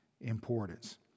importance